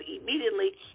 immediately